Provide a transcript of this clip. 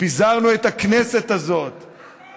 שפיזרנו את הכנסת הזאת, אמן.